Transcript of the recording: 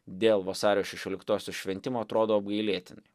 dėl vasario šešioliktosios šventimo atrodo apgailėtinai